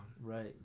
Right